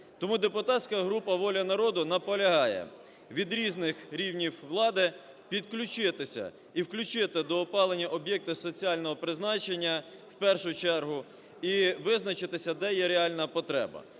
Тому депутатська група "Воля народу" наполягає від різних видів влади підключитися і включити до опалення об'єкти соціального призначення в першу чергу і визначитися, де є реальна потреба.